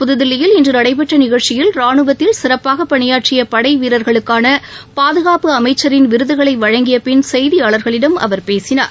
புதுதில்லியில் இன்றநடைபெற்றநிகழ்ச்சியில் ராஷவத்தில் சிறப்பாகபணியாற்றியபடைவீரர்களுக்கானபாதுகாப்பு அமைச்சின் விருதுகளைவழங்கியபின் செய்தியாளர்களிடம் அவர் பேசினார்